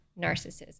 narcissism